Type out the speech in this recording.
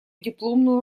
дипломную